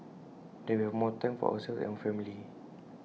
then we have more time for ourselves and our family